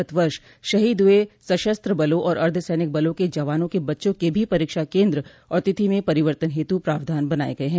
गत् वर्ष शहीद हुए सशस्त्रबलों और अर्धसैनिक बलों के जवानों के बच्चों के भी परीक्षा केंद्र और तिथि में परिवर्तन हेतु प्रावधान बनाये गये हैं